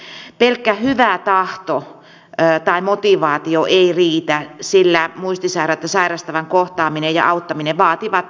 pelkkä hyvä tahto tai motivaatio ei riitä sillä muistisairautta sairastavan kohtaaminen ja auttaminen vaativat erityisosaamista